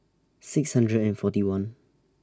six hundred and forty one